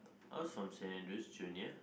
I was from Saint-Andrew's-Junior